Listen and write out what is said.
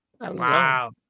Wow